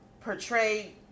portrayed